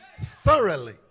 thoroughly